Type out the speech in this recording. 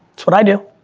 it's what i do,